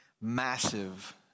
massive